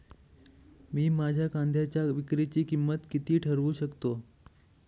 मी माझ्या कांद्यांच्या विक्रीची किंमत किती ठरवू शकतो?